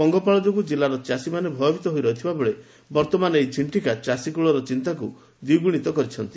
ପଙ୍ଗପାଳ ଯୋଗୁଁ କିଲ୍ଲାର ଚାଷୀ ମାନେ ଭୟଭୀତ ହୋଇ ରହିଥିବା ବେଳେ ବର୍ଭମାନ ଏହି ଝଝିକା ଚାଷୀ କୁଳର ଚିନ୍ତାକୁ ଦିବୁଶିତ କରିଛି